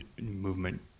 movement